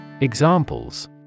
Examples